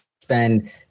spend